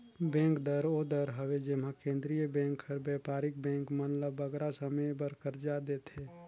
bank दर ओ दर हवे जेम्हां केंद्रीय बेंक हर बयपारिक बेंक मन ल बगरा समे बर करजा देथे